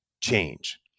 change